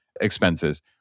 expenses